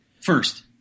first